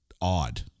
odd